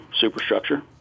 superstructure